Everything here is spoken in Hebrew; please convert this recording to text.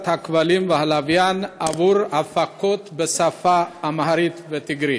הכבלים והלוויין עבור הפקות בשפות אמהרית וטיגרית.